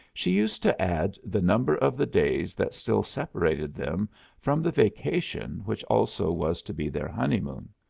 she used to add the number of the days that still separated them from the vacation which also was to be their honeymoon.